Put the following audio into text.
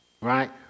right